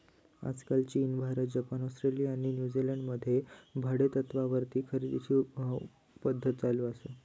आजकाल चीन, Bharat, Japan, Australia आणि न्यूजीलंड मध्ये भाडेतत्त्वावर खरेदीची पध्दत चालु हा